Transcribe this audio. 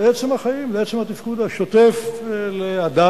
זה עצם החיים, זה עצם התפקוד השוטף לאדם,